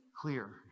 clear